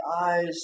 eyes